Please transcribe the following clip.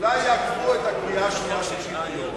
אולי יעכבו את הקריאה השנייה השלישית ביום.